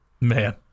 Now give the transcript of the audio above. man